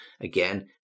again